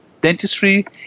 dentistry